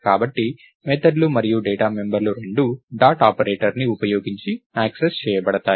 కాబట్టి మెథడ్ లు మరియు డేటా మెంబర్లు రెండూ డాట్ ఆపరేటర్ని ఉపయోగించి యాక్సెస్ చేయబడతాయి